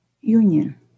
union